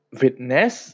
witness